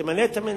תמנה את המנהל,